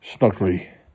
snuggly